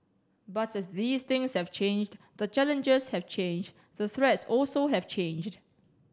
but as these things have changed the challenges have changed the threats also have changed